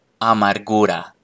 Amargura